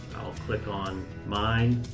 i'll click on mine.